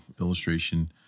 illustration